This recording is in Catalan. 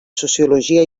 sociologia